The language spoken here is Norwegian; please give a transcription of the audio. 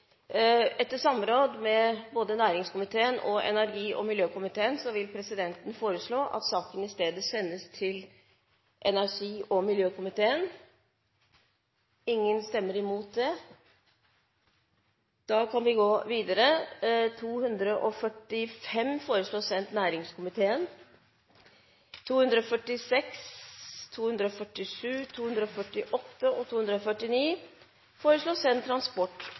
Etter samråd med både næringskomiteen og energi- og miljøkomiteen vil presidenten foreslå at saken i stedet sendes til energi- og miljøkomiteen. – Ingen stemmer imot